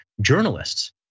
Journalists